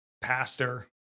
pastor